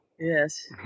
Yes